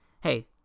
Hey